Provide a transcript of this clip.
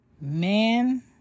Man